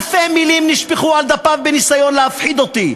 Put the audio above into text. אלפי מילים נשפכו על דפיו בניסיון להפחיד אותי.